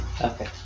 Okay